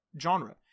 genre